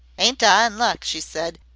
ain't i in luck? she said,